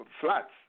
flats